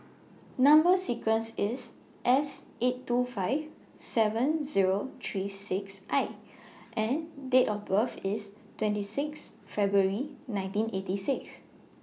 Number sequence IS S eight two five seven Zero three six I and Date of birth IS twenty six February nineteen eighty six